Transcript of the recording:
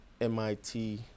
mit